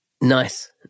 Nice